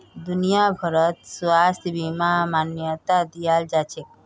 दुनिया भरत स्वास्थ्य बीमाक मान्यता दियाल जाछेक